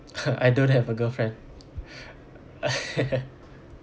I don't have a girlfriend